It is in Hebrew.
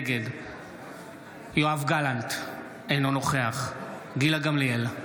נגד יואב גלנט, אינו נוכח גילה גמליאל,